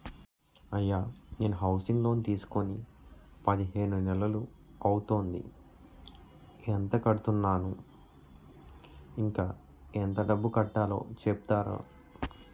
అయ్యా నేను housing loan తీసుకొని పదిహేను నెలలు అవుతోందిఎంత కడుతున్నాను, ఇంకా ఎంత డబ్బు కట్టలో చెప్తారా?